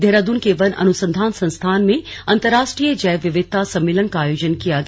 देहरादून के वन अनुसंधान संस्थान में अंतर्राष्ट्रीय जैव विविधता सम्मेलन का आयोजन किया गया